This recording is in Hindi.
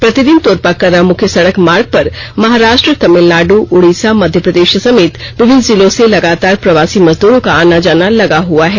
प्रतिदिन तोरपा कर्रा मुख्य सड़क मार्ग पर महाराष्ट्र तमिलनाडु उड़ीसा मध्यप्रदेश समेत विभिन्न जिलों से लगातार प्रवासी मजदूरों का आना जाना लगा हुआ है